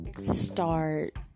start